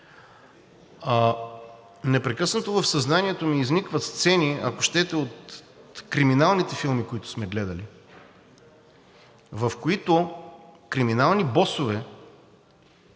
Непрекъснато в съзнанието ми изникват сцени, ако щете от криминалните филми, които сме гледали, в които криминални босове